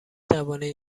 توانید